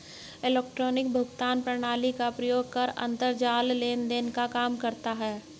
electronic भुगतान प्रणाली का प्रयोग कर अंतरजाल लेन देन काम करता है